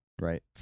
right